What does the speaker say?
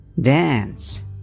dance